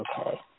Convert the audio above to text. okay